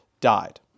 died